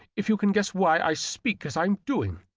if you can guess why i speak as i'm doing.